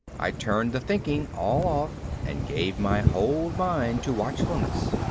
i turned the thinking all off and gave my whole mind to watchfulness.